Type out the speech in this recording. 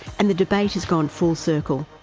and the debate has gone full circle.